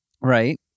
right